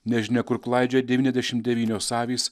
nežinia kur klaidžioja devyniasdešim devynios avys